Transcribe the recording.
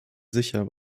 sicher